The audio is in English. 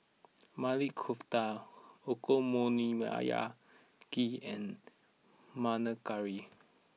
Maili Kofta Okonomiyaki and Panang Curry